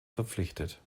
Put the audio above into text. verpflichtet